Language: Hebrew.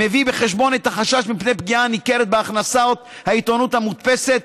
המביא בחשבון את החשש מפני פגיעה ניכרת בהכנסות העיתונות המודפסת,